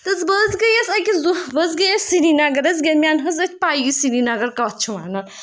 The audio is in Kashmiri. تہٕ حظ بہٕ حظ گٔیَس أکِس دۄہ بہٕ حظ گٔیَس سرینگر حظ مےٚ نہ حظ ٲس پَیی سرینگر کَتھ چھِ وَنان